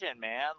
man